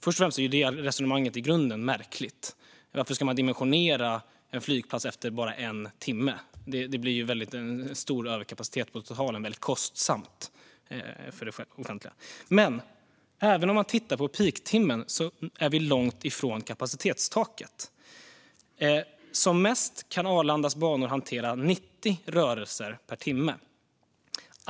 Först och främst är det resonemanget i grunden märkligt. Varför ska man dimensionera en flygplats efter bara en timme? Det blir en stor överkapacitet och på totalen väldigt kostsamt för det offentliga. Och även om man tittar på peaktimmen är nivån då långt ifrån kapacitetstaket. Som mest kan Arlandas banor hantera 90 rörelser per timme.